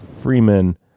Freeman